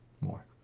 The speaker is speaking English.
more